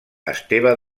esteve